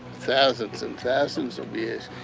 thousands and thousands of years.